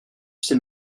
ces